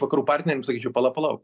vakarų partneriams sakyčiau pala palauk